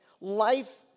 life